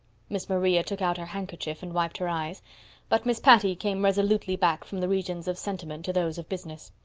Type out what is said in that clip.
miss maria took out her handkerchief and wiped her eyes but miss patty came resolutely back from the regions of sentiment to those of business.